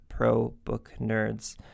ProBookNerds